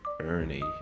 Ernie